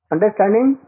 Understanding